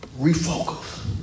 refocus